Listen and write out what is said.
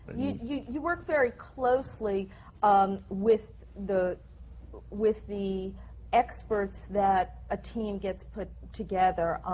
you work very closely um with the but with the experts that a team gets put together.